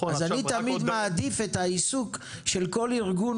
אז אני תמיד מעדיף את העיסוק של כל ארגון